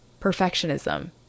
perfectionism